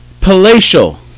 palatial